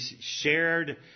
shared